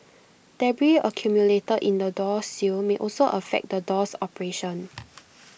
debris accumulated in the door sill may also affect the door's operation